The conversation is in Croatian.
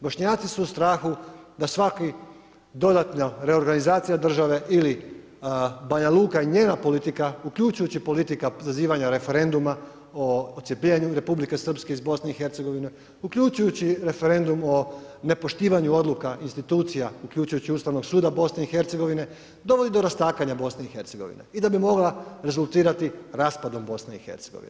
Bošnjaci su u strahu da svaki dodatna reorganizacija države ili Banja Luka i njena politika, uključujući politiku zazivanja referenduma o odcjepljenju Republike Srpske iz BIH, uključujući referendum o nepoštivanju odluka institucija uključujući Ustavni sud BIH dovodi do rastakanja BIH i da bi mogla rezultirati raspadom BIH.